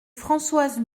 françoise